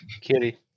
Kitty